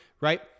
right